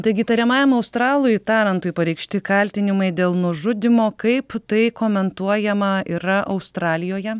taigi įtariamajam australui tarantui pareikšti kaltinimai dėl nužudymo kaip tai komentuojama yra australijoje